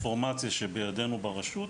לפי האינפורמציה שבדינו ברשות,